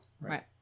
Right